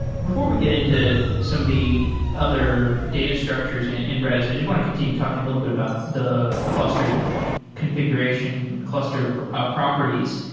before we get into some of the other data structures in in redis, i just want to continue talking a little bit about the clustered configuration, cluster ah properties.